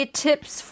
tips